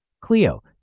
Cleo